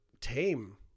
tame